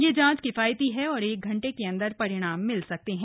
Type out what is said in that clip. यह जांच किफायती है और एक घंटे के अंदर परिणाम मिल सकते हैं